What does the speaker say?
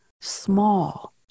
small